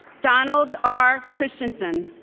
donald r. christiansen